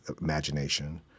imagination